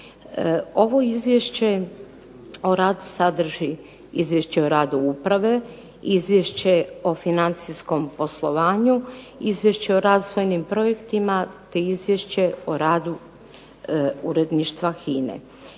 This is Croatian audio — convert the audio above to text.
Ovo izvješće o radu sadrži izvješće o radu uprave, izvješće o financijskom poslovanju, izvješće o razvojnim projektima, te izvješće o radu uredništva HINA-e.